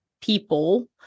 people